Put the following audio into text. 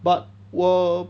but 我